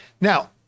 now